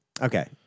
Okay